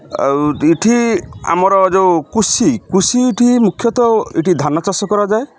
ଆଉ ଏଠି ଆମର ଯୋଉ କୃଷି କୃଷି ଏଠି ମୁଖ୍ୟତଃ ଏଠି ଧାନ ଚାଷ କରାଯାଏ